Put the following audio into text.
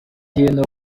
hino